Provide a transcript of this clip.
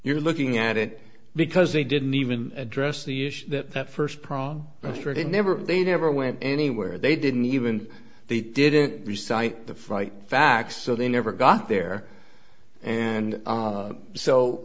you're looking at it because they didn't even address the issue that that first prong shredded never they never went anywhere they didn't even they didn't resign the fright facts so they never got there and